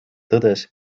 tõdes